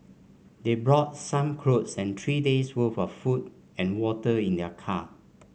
they brought some clothes and three days' worth of food and water in their car